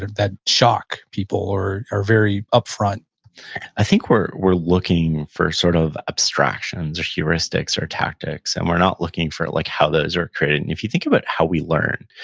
that shock people or are very upfront i think we're we're looking for sort of abstractions or heuristics or tactics and we're not looking for like how those are created, and if you think about how we learn,